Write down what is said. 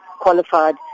qualified